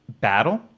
battle